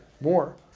more